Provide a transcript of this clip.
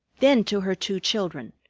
then to her two children.